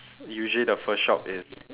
usually the first shop is